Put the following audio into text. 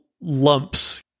lumps